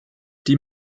die